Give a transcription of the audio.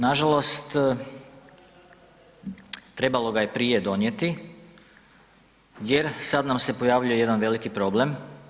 Nažalost, trebalo ga je prije donijeti jer sad nam se pojavljuje jedan veliki problem.